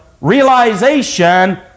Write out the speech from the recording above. realization